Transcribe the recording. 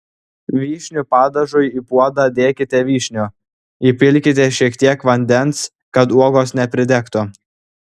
vyšnių padažui į puodą dėkite vyšnių įpilkite šiek tiek vandens kad uogos nepridegtų